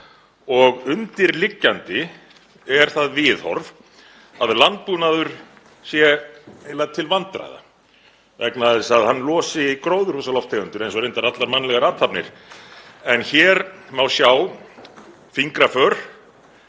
Undirliggjandi er það viðhorf að landbúnaður sé eiginlega til vandræða vegna þess að hann losi gróðurhúsalofttegundir, eins og reyndar allar mannlegar athafnir. Hér má sjá fingraför